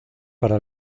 para